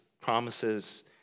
promises